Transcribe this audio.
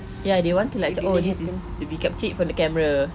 ya they want to like macam oh this is we captured it for the camera